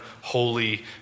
holy